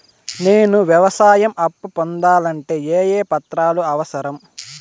నేను వ్యవసాయం అప్పు పొందాలంటే ఏ ఏ పత్రాలు అవసరం?